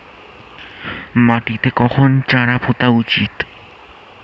মাটিতে কখন চারা পোতা উচিৎ?